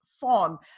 fun